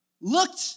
looked